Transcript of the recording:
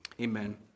Amen